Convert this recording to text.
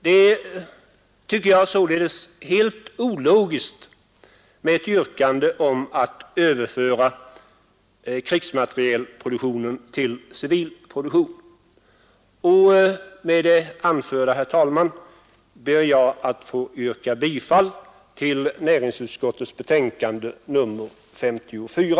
Det är således ologiskt med ett yrkande om att överföra krigsmaterielproduktionen till civil produktion. Med det anförda, herr talman, ber jag att få yrka bifall till näringsutskottets betänkande nr 54.